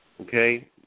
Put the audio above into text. Okay